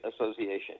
Association